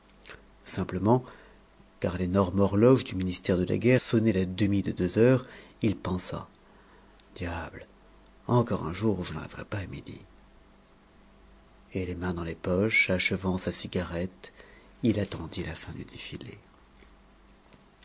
simplement car l'énorme horloge du ministère de la guerre sonnait la demie de deux heures il pensa diable encore un jour où je n'arriverai pas à midi et les mains dans les poches achevant sa cigarette il attendit la fin du défilé